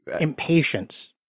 impatience